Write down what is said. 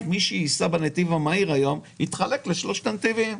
שמי שייסע בנתיב המהיר יתחלק לשלושת הנתיבים.